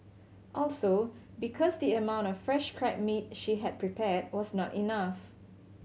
also because the amount of fresh crab meat she had prepared was not enough